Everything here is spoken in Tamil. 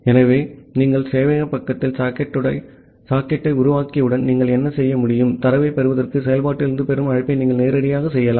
ஆகவே நீங்கள் சேவையக பக்கத்தில் சாக்கெட்டை உருவாக்கியவுடன் நீங்கள் என்ன செய்ய முடியும் தரவைப் பெறுவதற்கு செயல்பாட்டிலிருந்து பெறும் அழைப்பை நீங்கள் நேரடியாக செய்யலாம்